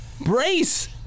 brace